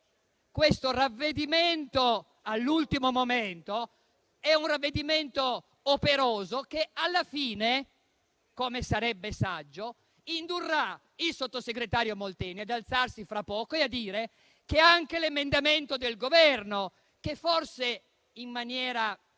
questo ravvedimento dell'ultimo momento è operoso, che alla fine, come sarebbe saggio, indurrà il sottosegretario Molteni ad alzarsi, fra poco, e a dire che anche l'emendamento del Governo, che forse in maniera